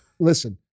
Listen